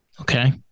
Okay